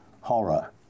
horror